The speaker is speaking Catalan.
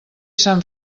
sant